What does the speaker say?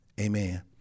Amen